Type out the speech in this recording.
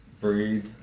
breathe